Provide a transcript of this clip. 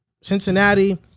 Cincinnati